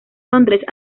londres